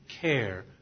care